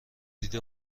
دید